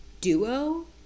duo